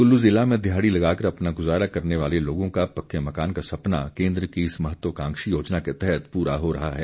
कुल्लू जिला में दिहाड़ी लगाकर अपना गुजारा करने वाले लोगों का पक्के मकान का सपना केन्द्र की इस महत्वाकांक्षी योजना के तहत पूरा हो रहा है